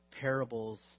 parables